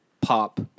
pop